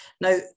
Now